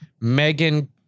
Megan